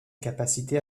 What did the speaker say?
capacité